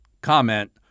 comment